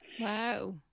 Wow